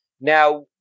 Now